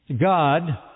God